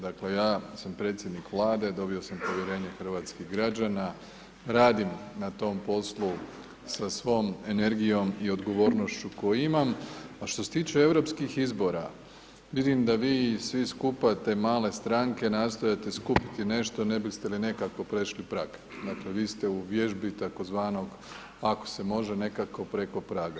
Dakle, ja sam predsjednik Vlade, dobio sam povjerenje hrvatskih građana, radim na tom poslu sa svom energijom i odgovornošću koju imam, a što se tiče europskih izbora, vidim da vi svi skupa te male stranke, nastojite skupiti nešto, ne biste li nekako prešli prag, dakle vi ste u vježbi tzv. ako se može nekako preko praga.